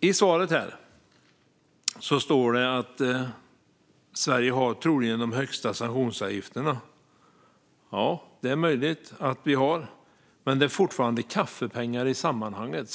I svaret sägs det att Sverige troligen har de högsta sanktionsavgifterna. Ja, det är möjligt att vi har det. Men det är fortfarande kaffepengar i sammanhanget.